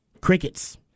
Crickets